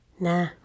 nah